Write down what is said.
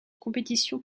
compétition